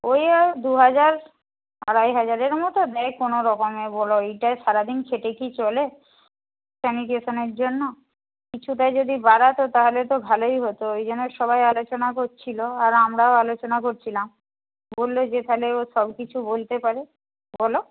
ওই ও দু হাজার আড়াই হাজারের মতো দেয় কোনোরকমে বলো এইটায় সারাদিন খেটে কি চলে স্যানিটেশনের জন্য কিছুটা যদি বাড়াতো তাহলে তো ভালোই হত ওই জন্য সবাই আলোচনা করছিলো আর আমরাও আলোচনা করছিলাম বললো যে থালে ও সব কিছু বলতে পারে বলো